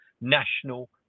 national